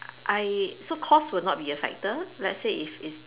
I so cost would not be a factor let's say if it's